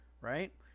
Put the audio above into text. right